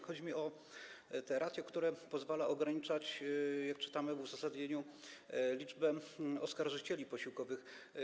Chodzi mi o ratio, które pozwala ograniczać, jak czytamy w uzasadnieniu, liczbę oskarżycieli posiłkowych.